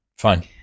fine